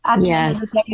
yes